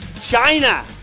China